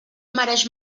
mereix